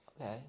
Okay